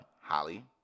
Holly